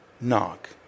knock